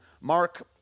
Mark